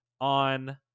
on